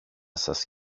σας